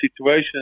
situation